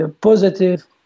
positive